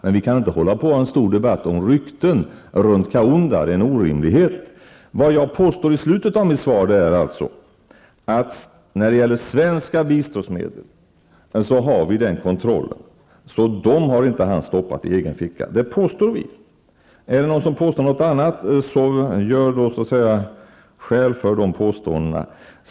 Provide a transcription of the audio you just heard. Men vi kan inte nu ha en stor debatt om rykten om Kaunda. Det är en orimlighet. Jag säger i slutet av mitt svar att vi har kontroll över de svenska biståndsmedlen. Dem har alltså inte Kaunda stoppat i egen ficka. Detta påstår vi. Är det någon som påstår något annat, får han göra skäl för de påståendena.